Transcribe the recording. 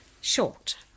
short